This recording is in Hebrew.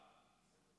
מאדמותיהם?